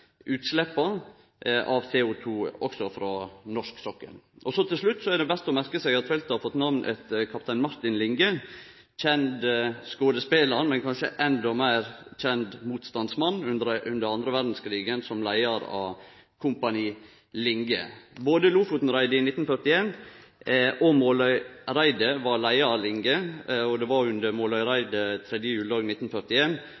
utsleppa av CO2 også frå norsk sokkel. Til slutt er det verdt å merke seg at feltet har fått namn etter kaptein Martin Linge – kjend skodespelar, men kanskje endå meir kjend som motstandsmann under den andre verdskrigen, som leiar av Kompani Linge. Både Lofoten-raidet i 1941 og Måløy-raidet var leia av Linge. Det var under